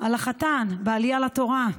על החתן בעלייה לתורה.